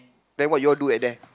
then what you all do at there